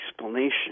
explanation